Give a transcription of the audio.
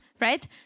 right